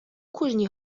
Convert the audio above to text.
кожній